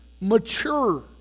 mature